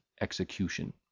execution